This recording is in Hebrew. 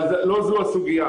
אבל לא זו הסוגייה.